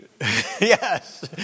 Yes